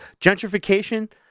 gentrification